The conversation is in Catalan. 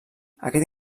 aquest